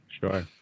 Sure